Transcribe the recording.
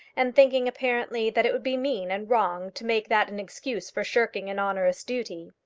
and thinking, apparently, that it would be mean and wrong to make that an excuse for shirking an onerous duty.